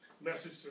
message